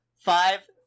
Five